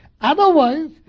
Otherwise